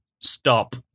stop